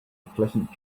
pleasant